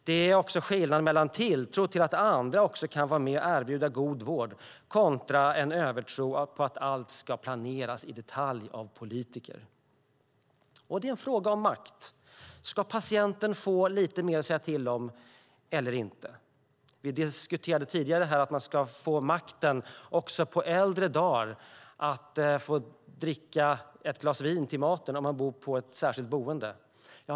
Det är också skillnad mellan tilltro till att andra också kan erbjuda vård och en övertro på att allt ska planeras i detalj av politiker. Det är en fråga om makt. Ska patienten få lite mer att säga till om eller inte? Vi diskuterade tidigare här att man på äldre dagar ska få makten att dricka ett glas vin till maten när man bor på ett särskilt boende.